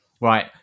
Right